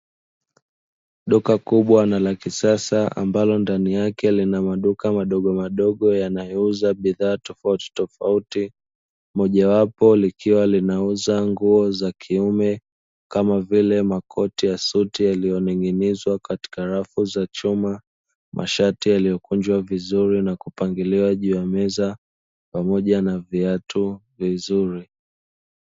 Duka kubwa na la kisasa ambalo ndani yake lina maduka madogo madogo yanayouza bidhaa tofauti tofauti, moja wapo likiwa linauza nguo za kiume kama vile makoti ya suti yaliyo ning'inizwa katika rafu za chuma, mashati yaliyokunjwa vizuri na kupangiliwa juu ya meza pamoja na viatu vizuri.